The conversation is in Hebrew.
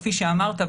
כפי שאמרת,